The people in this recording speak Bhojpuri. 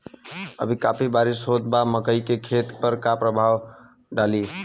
अभी काफी बरिस होत बा मकई के खेत पर का प्रभाव डालि?